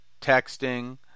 texting